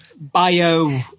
Bio